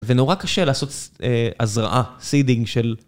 ונורא קשה לעשות אזרעה, סיידינג של...